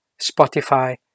Spotify